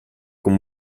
con